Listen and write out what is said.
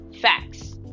facts